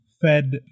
Fed